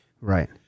Right